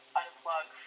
unplug